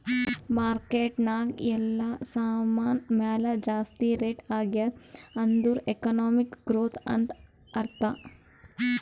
market ನಾಗ್ ಎಲ್ಲಾ ಸಾಮಾನ್ ಮ್ಯಾಲ ಜಾಸ್ತಿ ರೇಟ್ ಆಗ್ಯಾದ್ ಅಂದುರ್ ಎಕನಾಮಿಕ್ ಗ್ರೋಥ್ ಅಂತ್ ಅರ್ಥಾ